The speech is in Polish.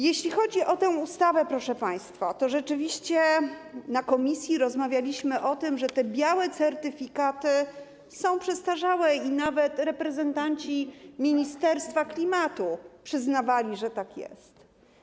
Jeśli chodzi o tę ustawę, proszę państwa, to rzeczywiście na posiedzeniu komisji rozmawialiśmy o tym, że te białe certyfikaty są przestarzałe, nawet reprezentanci ministerstwa klimatu przyznawali, że tak jest.